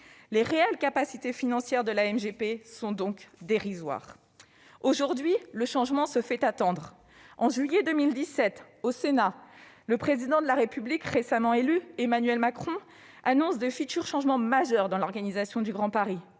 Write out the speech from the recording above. Les capacités financières réelles de la MGP sont donc dérisoires. Aujourd'hui, le changement se fait attendre. En juillet 2017, au Sénat, le Président de la République récemment élu, Emmanuel Macron, annonçait pourtant de futurs changements majeurs dans l'organisation du Grand Paris.